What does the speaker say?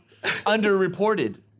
underreported